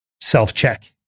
self-check